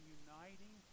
uniting